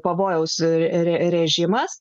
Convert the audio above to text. pavojaus režimas